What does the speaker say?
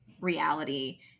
reality